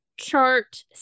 Chart